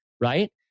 right